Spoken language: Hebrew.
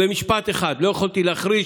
ומשפט אחד, לא יכולתי להחריש: